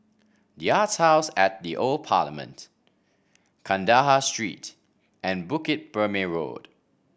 the Arts House at The Old Parliament Kandahar Street and Bukit Purmei Road